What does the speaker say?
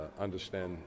understand